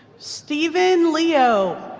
steven leo.